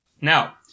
Now